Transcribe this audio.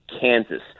Kansas